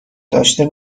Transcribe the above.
داشته